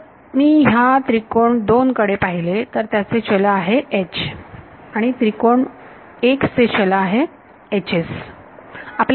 तर मी ह्या त्रिकोण 2 कडे पाहिले तर त्याचे चल आहे H आणि त्रिकोण 1 चे चल आहे